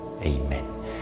Amen